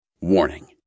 Warning